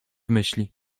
myśli